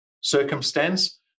circumstance